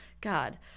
God